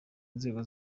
nzego